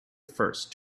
first